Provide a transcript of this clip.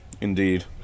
Indeed